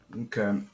Okay